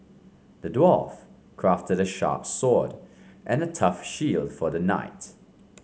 the dwarf crafted a sharp sword and a tough shield for the knight